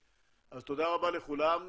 אז תודה רבה לכולם,